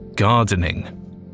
gardening